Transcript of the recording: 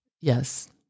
Yes